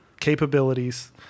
capabilities